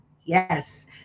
Yes